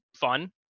fun